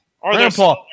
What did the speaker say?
Grandpa